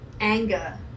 anger